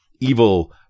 evil